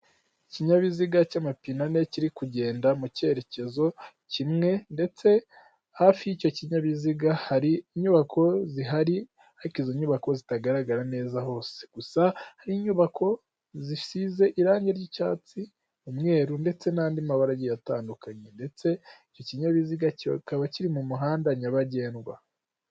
Ikinyabiziga cy'amapinane kiri kugenda mu cyerekezo kimwe ndetse hafi y'icyo kinyabiziga hari inyubako zihari ariko izo nyubako zitagaragara neza hose, gusa hari inyubako zisize irangi ry'icyatsi umweru ndetse n'andi mabarage atandukanye ndetse icyo kinyabiziga kikaba kiri mu muhanda nyabagendwa.